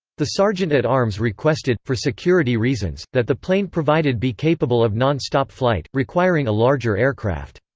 the sergeant at arms requested, for security reasons, that the plane provided be capable of non-stop flight, requiring a larger aircraft.